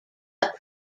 but